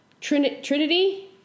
Trinity